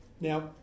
Now